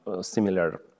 similar